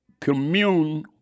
commune